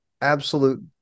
absolute